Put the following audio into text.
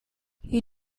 you